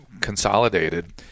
consolidated